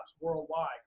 worldwide